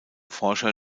forscher